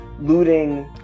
looting